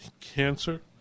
cancer